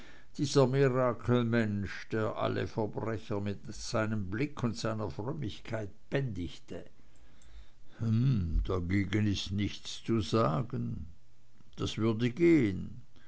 dieser mirakelmensch der alle verbrecher mit seinem blick und seiner frömmigkeit bändigte hm dagegen ist nichts zu sagen das würde gehen